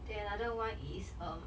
then another [one] is um